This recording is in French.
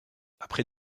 après